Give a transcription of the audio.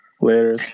Later